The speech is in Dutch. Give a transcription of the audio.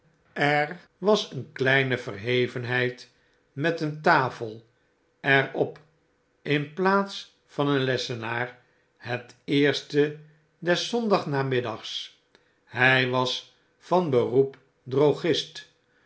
er was een kleine verhevenheid met een tafel er op in plaats van een lessenaar het eerst des zondags namiddags hy was van beroep